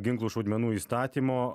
ginklų šaudmenų įstatymo